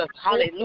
Hallelujah